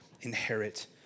inherit